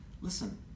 Listen